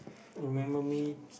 remember me